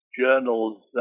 journals